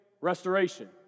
restoration